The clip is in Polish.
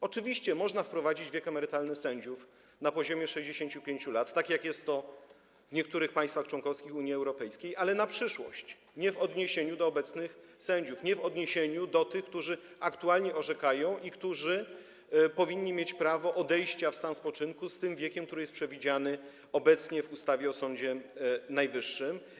Oczywiście można wprowadzić wiek emerytalny sędziów na poziomie 65 lat, tak jak to jest w niektórych państwach członkowskich Unii Europejskiej, ale na przyszłość, nie w odniesieniu do obecnych sędziów, nie w odniesieniu do tych, którzy aktualnie orzekają i którzy powinni mieć prawo odejścia w stan spoczynku w tym wieku, który jest przewidziany obecnie w ustawie o Sądzie Najwyższym.